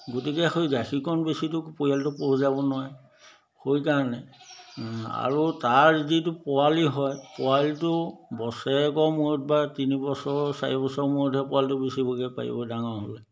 গতিকে সেই গাখীৰকণ বেচিতো পৰিয়ালটো পোহ যাব নোৱাৰে সেইকাৰণে আৰু তাৰ যিটো পোৱালি হয় পোৱালিটো বছৰেকৰ মূৰত বা তিনি বছৰ চাৰি বছৰ মূৰতহে পোৱালিটো বেচিবগৈ পাৰিব ডাঙৰ হ'লে